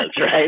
right